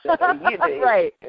right